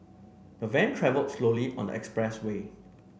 the van travelled slowly on the expressway